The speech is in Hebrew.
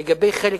לגבי חלק